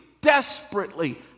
desperately